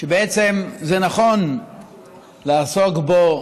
ובעצם זה נכון לעסוק בו